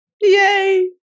Yay